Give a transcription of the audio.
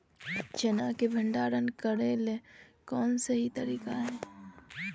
चना के भंडारण घर पर करेले कौन सही तरीका है?